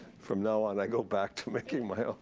from now on i go back to making my